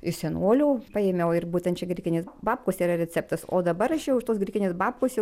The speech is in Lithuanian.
iš senolių paėmiau ir būtent čia grikinės babkos yra receptas o dabar aš jau iš tos grikinės babkos jau